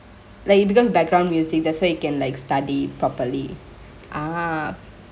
like it become background music that's why you can like study properly